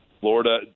Florida